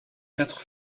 quatre